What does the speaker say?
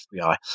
FBI